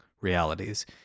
realities